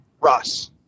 Russ